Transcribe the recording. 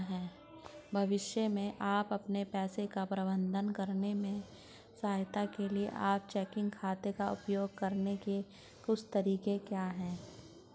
भविष्य में अपने पैसे का प्रबंधन करने में सहायता के लिए आप चेकिंग खाते का उपयोग करने के कुछ तरीके क्या हैं?